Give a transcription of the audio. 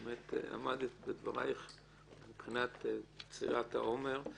באמת עמדת בדברייך מבחינת קצירת העומר.